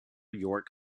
york